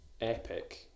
epic